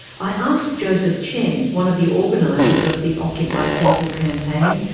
i asked joseph cheng, one of the organisers of the occupy central campaign,